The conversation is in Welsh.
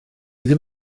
ddim